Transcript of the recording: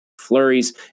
flurries